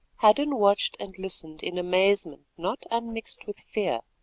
hadden watched and listened in amazement not unmixed with fear.